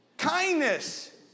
kindness